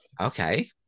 Okay